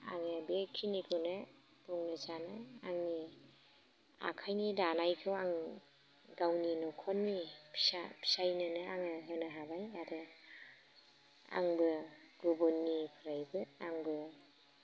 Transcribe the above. आङो बेखिनिखौनो बुंनो सानो आंनि आखाइनि दानायखौ आं गावनि न'खरनि फिसा फिसायनोनो आङो होनो हाबाय आरो आंबो गुबुननिफ्रायबो आंबो